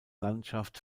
landschaft